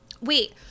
wait